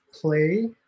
play